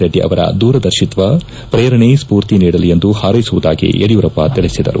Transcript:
ರೆಡ್ಡಿ ಅವರ ದೂರದರ್ಶಿತ್ಲ ಪ್ರೇರಣೆ ಸ್ಪೂರ್ತಿ ನೀಡಲಿ ಎಂದು ಹಾರ್ಳೆಸುವುದಾಗಿ ಯಡಿಯೂರಪ್ಪ ತಿಳಿಸಿದರು